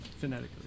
Phonetically